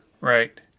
Right